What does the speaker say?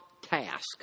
task